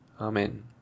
Amen